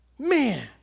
Man